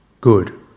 good